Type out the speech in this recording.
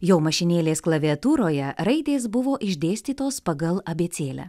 jo mašinėlės klaviatūroje raidės buvo išdėstytos pagal abėcėlę